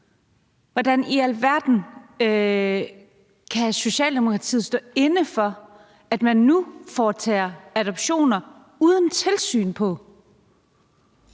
Hvordan i alverden kan Socialdemokratiet stå inde for, at man nu foretager adoptioner uden tilsyn?